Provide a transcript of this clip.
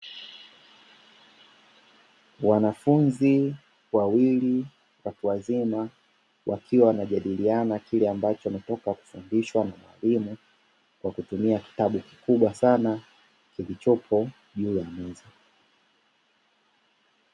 Wanafunzi wawili watu wazima wakiwa wanajadiliana kile ambacho ametoka kufundishwa na mwalimu kwa kutumia kitabu kikubwa sana kilichopo juu ya meza.